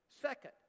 Second